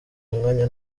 umwanya